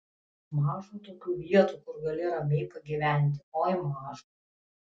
maža tokių vietų kur gali ramiai pagyventi oi maža